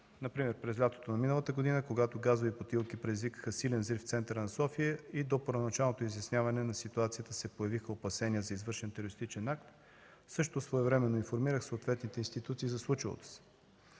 например през лятото на миналата година, когато газови бутилки предизвикаха силен взрив в центъра на София и до първоначалното изясняване на ситуацията се появиха опасения за извършен терористичен акт, също своевременно информирах съответните институции за случилото се.